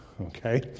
okay